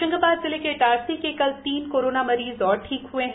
होशंगाबाद जिले के इटारसी के कल तीन कोरोना मरीज और ठीक हुए हैं